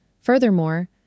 Furthermore